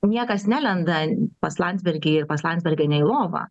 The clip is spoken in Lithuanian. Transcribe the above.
niekas nelenda pas landsbergį ir pas landsbergienę į lovą